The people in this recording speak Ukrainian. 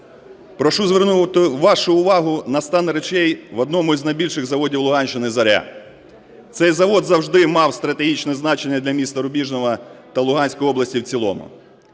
прошу звернути вашу увагу на стан речей в одному із найбільших заводів Луганщини - "Зоря". Цей завод завжди мав стратегічне значення для міста Рубіжного та Луганської області в цілому.